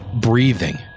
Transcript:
Breathing